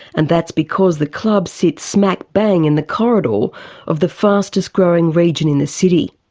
and that's because the club sits smack bang in the corridor of the fastest growing region in the city.